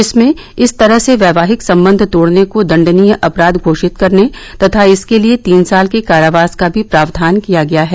इसमें इस तरह से वैवाहिक संबंध तोड़ने को दंडनीय अपराध घोषित करने तथा इसके लिए तीन साल के कारावास का भी प्रावधान किया गया है